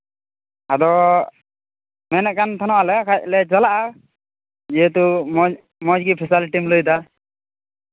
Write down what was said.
ᱢᱮᱱᱮᱫ ᱠᱟᱱ ᱛᱟᱦᱮᱱᱟᱞᱮ ᱵᱟᱠᱷᱟᱱ ᱞᱮ ᱪᱟᱞᱟᱜᱼᱟ ᱡᱮᱦᱮᱛᱩ ᱢᱚᱡᱽᱼᱢᱚᱡᱽ ᱜᱮ ᱯᱷᱮᱟᱞᱤᱴᱤᱢ ᱞᱟᱹᱭᱫᱟ